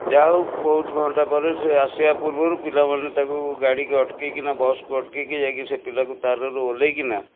ଯାହା ହଉ ବହୁତ ଘଣ୍ଟା ପରେ ସେ ଆସିବା ପୂର୍ବରୁ ପିଲାମାନେ ତାକୁ ଗାଡ଼ି କି ଅଟକେଇକିନା ବସ୍କୁ ଅଟକେଇକି ଯାଇକି ସେ ପିଲାକୁ ତାରରୁ ଓହ୍ଲେଇକିନା